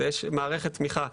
יש מערכת תמיכה.